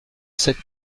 sept